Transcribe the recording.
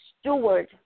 steward